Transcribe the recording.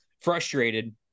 frustrated